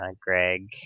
Greg